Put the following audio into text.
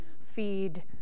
feed